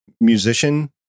musician